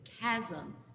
chasm